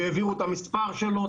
שהעבירו את המספר שלו,